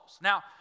Now